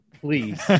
Please